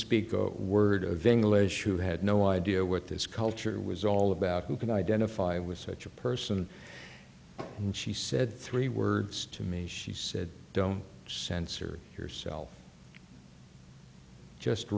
speak word of english who had no idea what this culture was all about who can identify with such a person and she said three words to me she said don't censor yourself just